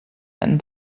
and